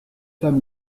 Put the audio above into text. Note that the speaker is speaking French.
femme